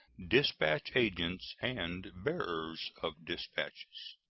dispatch agents, and bearers of dispatches.